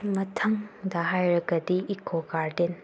ꯃꯊꯪꯗ ꯍꯥꯏꯔꯒꯗꯤ ꯏꯀꯣ ꯒꯥꯔꯗꯦꯟ